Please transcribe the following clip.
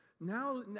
Now